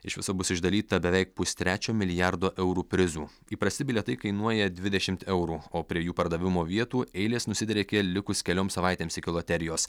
iš viso bus išdalyta beveik pustrečio milijardo eurų prizų įprasti bilietai kainuoja dvidešimt eurų o prie jų pardavimo vietų eilės nusidriekė likus kelioms savaitėms iki loterijos